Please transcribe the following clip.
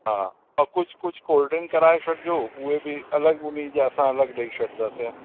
हा ऐं कुझु कुझु कोल्ड ड्रिंक कराए छॾिजो उहे बि अलॻि उनी जा असां अलॻि ॾई छॾंदासीं